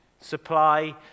Supply